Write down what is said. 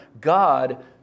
God